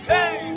Hey